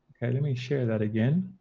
ok, let me share that again.